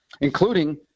including